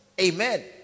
Amen